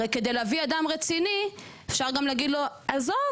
הרי כדי להביא אדם רציני אפשר גם להגיד לו עזוב,